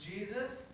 Jesus